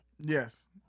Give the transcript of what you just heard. Yes